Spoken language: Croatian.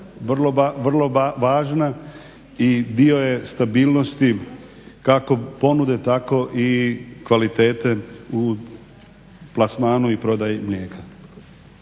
vrlo važna i dio je stabilnosti kako ponude tako i kvalitete u plasmanu i prodaji mlijeka.